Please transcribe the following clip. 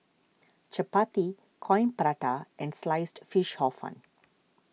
Chappati Coin Prata and Sliced Fish Hor Fun